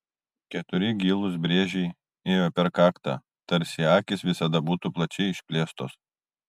keturi gilūs brėžiai ėjo per kaktą tarsi akys visada būtų plačiai išplėstos